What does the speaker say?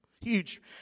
Huge